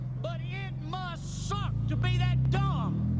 but it must suck to be that dumb.